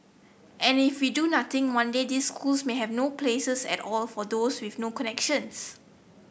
and if we do nothing one day these schools may have no places at all for those with no connections